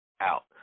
out